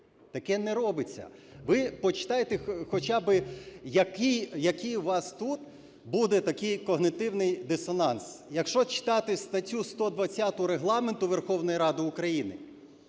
Таке не робиться. Ви почитайте хоча б, який у вас тут буде такий когнітивний дисонанс. Якщо читати статтю 120 Регламенту Верховної Ради України,